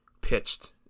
pitched